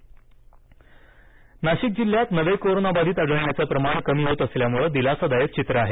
नाशिक आकडेवारी नाशिक जिल्ह्यात नवे कोरोनाबाधित आढळण्याचं प्रमाण कमी होत असल्याने दिलासादायक चित्र आहे